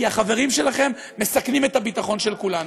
כי החברים שלכם מסכנים את הביטחון של כולנו.